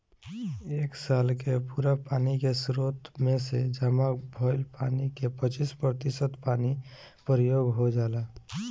एक साल के पूरा पानी के स्रोत में से जामा भईल पानी के पच्चीस प्रतिशत पानी प्रयोग हो जाला